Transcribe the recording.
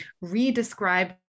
re-describe